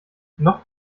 noch